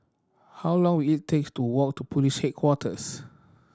how long will it takes to walk to Police Headquarters